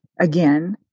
again